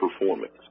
performance